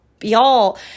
y'all